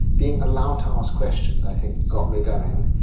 being allowed to ask questions i think got me going,